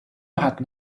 hatten